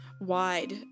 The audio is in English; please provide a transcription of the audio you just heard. wide